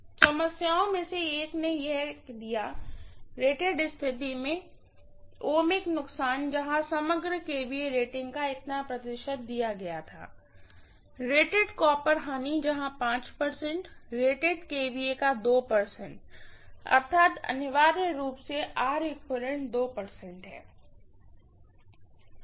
समस्याओं में से एक ने यह दिया रेटेड स्थिति में ओमिक नुकसान जहां समग्र kVA रेटिंग का इतना प्रतिशत दिया गया था रेटेड कॉपर हानि जहां रेटेड kVA का अर्थात अनिवार्य रूप से है